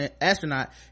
astronaut